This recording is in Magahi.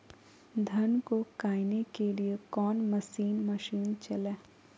धन को कायने के लिए कौन मसीन मशीन चले?